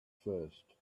first